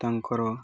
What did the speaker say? ତାଙ୍କର